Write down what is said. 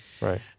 right